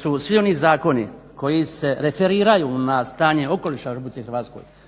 su svi oni zakoni koji se referiraju na stanje okoliša u RH, koji